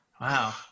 Wow